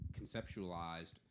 conceptualized